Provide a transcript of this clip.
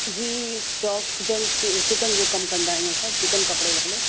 जी चौक किजन चिकन जो कमु कंदा आहियूं असां चिकन कपिड़े वाले